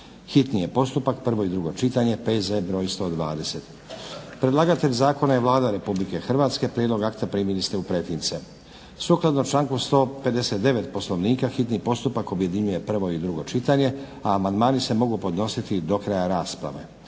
hitni postupak, prvo i drugo čitanje, P.Z. br. 119. Predlagatelj zakona je Vlada Republike Hrvatske. Prijedlog akta primili ste u pretince. Sukladno članku 159. Poslovnika hitni postupak objedinjuje prvo i drugo čitanje, a amandmani se mogu podnositi do kraja rasprave.